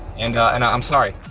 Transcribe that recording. and and i'm sorry.